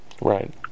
Right